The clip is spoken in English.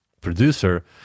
producer